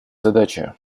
задачи